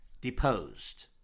deposed